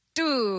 two